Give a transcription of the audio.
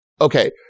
Okay